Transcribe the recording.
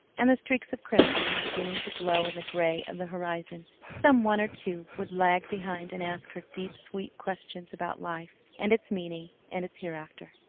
and the streaks of crimson were beginning to glow in the gray of the horizon, some one or two would lag behind and ask her deep, sweet questions about life and its meaning and its hereafter.